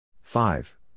five